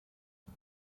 uko